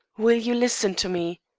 will you listen to me?